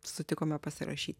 sutikome pasirašyt